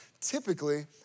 typically